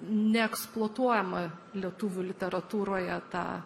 neeksploatuojama lietuvių literatūroje ta